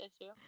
issue